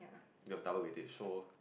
there was double weightage so